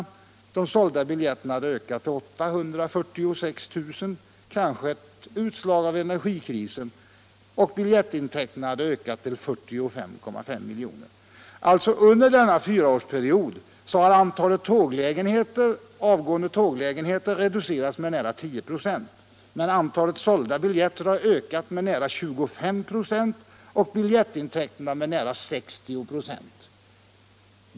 Antalet sålda biljetter hade ökat till 846 000 — det var kanske ett utslag av energikrisen. Biljettintäkterna hade ökat till 45,5 milj.kr. Under denna fyraårsperiod har alltså antalet tåglägenheter minskats med nära 10 ?6, medan antalet sålda biljetter ökat med nära 25 26 och biljettintäkterna med nära 60 96.